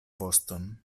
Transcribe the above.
voston